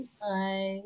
Bye